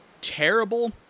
terrible